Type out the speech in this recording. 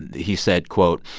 and he said, quote,